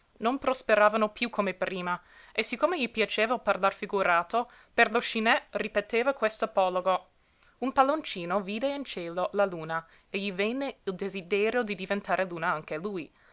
non prosperavano piú come prima e siccome gli piaceva il parlar figurato per lo scinè ripeteva quest'apologo un palloncino vide in cielo la luna e gli venne il desiderio di diventare luna anche lui